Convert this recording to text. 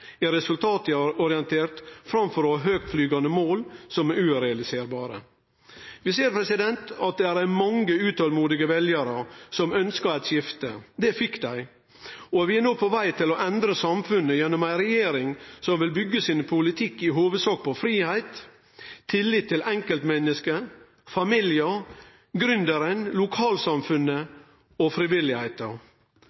framfor å ha høgtflygande mål som ikkje kan realiserast. Vi ser at det var mange utolmodige veljarar som ønska eit skifte. Det fekk dei, og vi er no på veg til å endre samfunnet gjennom ei regjering som vil byggje sin politikk i hovudsak på fridom, tillit til enkeltmennesket, familiar, gründeren, lokalsamfunnet